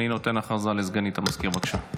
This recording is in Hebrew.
הודעה לסגנית המזכיר, בבקשה.